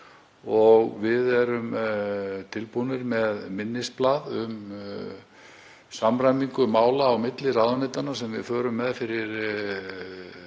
og við erum tilbúnir með minnisblað um samræmingu mála á milli ráðuneytanna sem við förum með fyrir